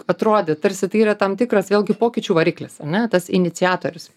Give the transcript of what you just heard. atrodė tarsi tai yra tam tikras vėlgi pokyčių variklis ar ne tas iniciatorius